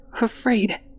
afraid